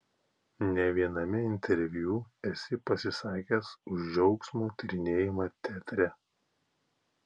ne viename interviu esi pasisakęs už džiaugsmo tyrinėjimą teatre